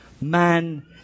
Man